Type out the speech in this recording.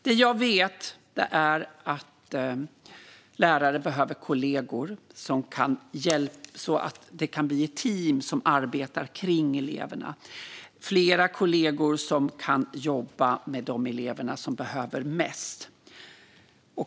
Det jag vet är att lärare behöver kollegor, så att de kan bli ett team som arbetar kring eleverna. Det ska vara flera kollegor som kan jobba med de elever som behöver mest.